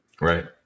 Right